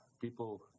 people